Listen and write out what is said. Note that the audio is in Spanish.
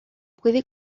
puede